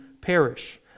perish